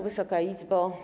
Wysoka Izbo!